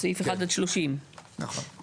סעיף 1 עד 30. נכון.